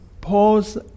Pause